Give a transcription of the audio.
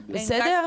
בסדר?